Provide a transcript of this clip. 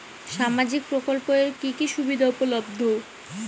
সামাজিক প্রকল্প এর কি কি সুবিধা উপলব্ধ?